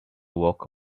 walk